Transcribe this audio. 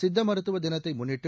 சித்த மருத்துவ தினத்தை முன்னிட்டு